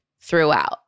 throughout